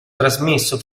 trasmesso